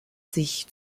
sich